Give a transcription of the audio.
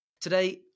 Today